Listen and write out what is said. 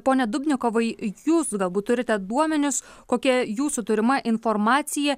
pone dubnikovai jūs galbūt turite duomenis kokia jūsų turima informacija